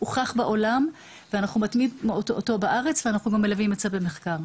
הוא הוכח בעולם ואנחנו מטמיעים אותו בארץ ואנחנו גם מלווים את זה במחקר.